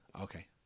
Okay